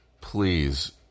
please